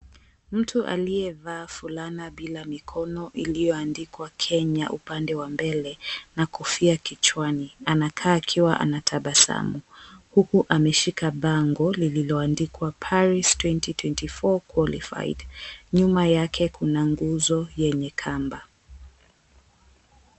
Mtu aliyevaa fulana bila mikono iliyoandikwa Kenya upande wa mbele na kofia kichwa anakaa akiwa anatabasamu huku ameshika bango lilioandikwa, "Paris 2024 [Qualified," nyuma yake kuna nguzo yenye kamba.